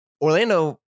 Orlando